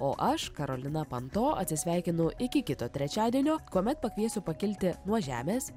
o aš karolina panto atsisveikinu iki kito trečiadienio kuomet pakviesiu pakilti nuo žemės